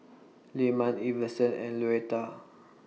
Lyman Iverson and Luetta